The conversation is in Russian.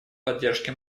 поддержки